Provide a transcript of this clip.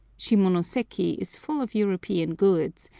shimonoseki is full of european goods,